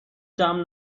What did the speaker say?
جمع